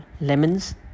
lemons